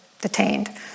detained